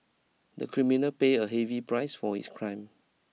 the criminal pay a heavy price for his crime